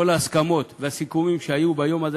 את כל ההסכמות והסיכומים שהיו ביום הזה,